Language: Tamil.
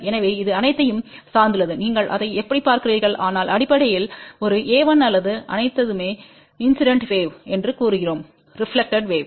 எனவே இது அனைத்தையும் சார்ந்துள்ளது நீங்கள் அதை எப்படிப் பார்க்கிறீர்கள் ஆனால் அடிப்படையில் ஒரு a1அல்லது அனைத்துமே இன்சிடென்ட் வேவ் என்று கூறுகிறோம் ரெப்லக்டெட் வேவ்